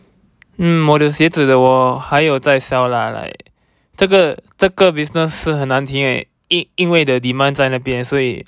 hmm 我的鞋子的我还有在 sell lah like 这个这个 business 是很难听因因为 the demand 在那边所以